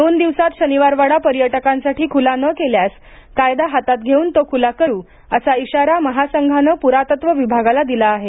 दोन दिवसात शनिवारवाडा पर्यटकांसाठी खुला न केल्यास कायदा हातात घेऊन तो खुला करू असा इशारा महासंघानं पुरातत्व विभागाला दिला आहे